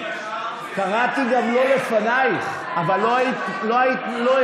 קראתי גם לו, לפנייך, אבל לא האזנת.